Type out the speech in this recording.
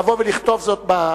לבוא ולכתוב זאת.